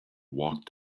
walked